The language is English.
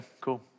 cool